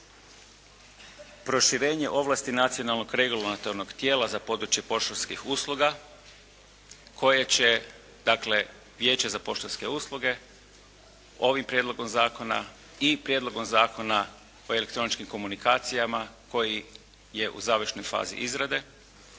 proširenje ovlasti nacionalnog regulatornog tijela za područje poštarskih usluga koje će, dakle, Vijeće za poštanske usluge ovim Prijedlogom zakona i Prijedlogom zakona o elektroničkim komunikacijama koji je u završnoj fazi izrade,